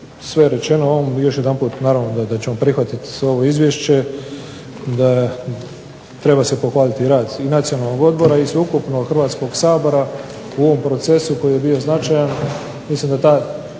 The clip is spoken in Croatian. sve rečeno u ovom. Još jedanput naravno da ćemo prihvatiti ovo izvješće, da treba se pohvaliti i rad i Nacionalnog odbora i sveukupno Hrvatskog sabora u ovom procesu koji je bio značajan. Mislim da ta